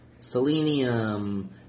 selenium